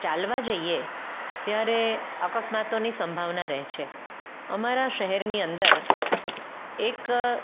ચાલવા જઈએ ત્યારે અકસ્માતોની સંભાવના રહે છે અમારા શહેરની અંદર એક